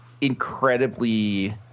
incredibly